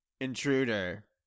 Intruder